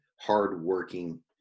hardworking